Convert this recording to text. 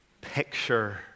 picture